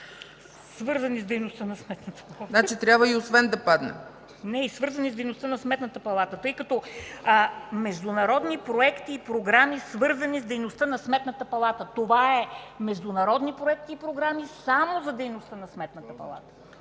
свързани с дейността на Сметната палата” – това е международни проекти и програми само за дейността на Сметната палата.